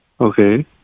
Okay